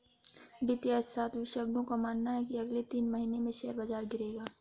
वित्तीय अर्थशास्त्र विशेषज्ञों का मानना है की अगले तीन महीने में शेयर बाजार गिरेगा